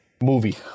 movie